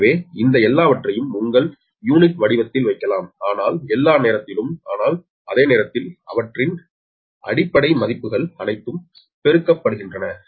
எனவே இந்த எல்லாவற்றையும் உங்கள் யூனிட் வடிவத்தில் வைக்கலாம் ஆனால் எல்லா நேரத்திலும் ஆனால் அதே நேரத்தில் அவற்றின் அடிப்படை மதிப்புகள் அனைத்தும் பெருக்கப்படுகின்றன